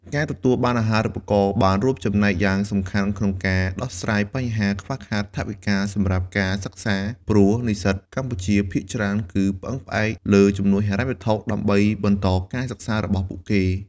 ការទទួលបានអាហារូបករណ៍បានរួមចំណែកយ៉ាងសំខាន់ក្នុងការដោះស្រាយបញ្ហាខ្វះខាតថវិកាសម្រាប់ការសិក្សា ព្រោះនិស្សិតកម្ពុជាភាគច្រើនគឺពឹងផ្អែកលើជំនួយហិរញ្ញវត្ថុដើម្បីបន្តការសិក្សារបស់ពួកគេ។